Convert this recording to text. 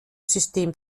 system